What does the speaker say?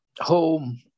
home